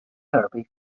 therapy